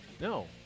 No